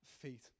feet